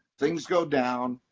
things go down,